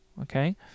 Okay